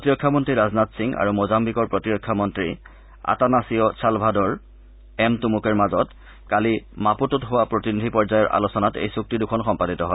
প্ৰতিৰক্ষা মন্ত্ৰী ৰাজনাথ সিং আৰু মোজাম্বিকৰ প্ৰতিৰক্ষা মন্ত্ৰী আটানাছিঅ ছালভাদৰ এম টুমুকেৰ মাজত কালি মাপুটোত হোৱা প্ৰতিনিধি পৰ্যায়ৰ আলোচনাত এই চুক্তি দুখন সম্পাদিত হয়